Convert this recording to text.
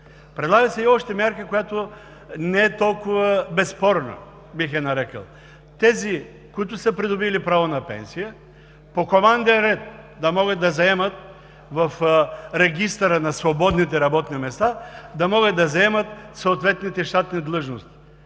Предлага се още и мярка, която не е толкова безспорна, бих я нарекъл: тези, които са придобили право на пенсия по команден ред да могат да заемат в регистъра на свободните работни места, да могат да заемат съответните щатни длъжности.